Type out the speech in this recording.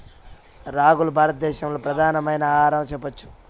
రాగులు భారత దేశంలో ప్రధానమైన ఆహారంగా చెప్పచ్చు